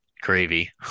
Gravy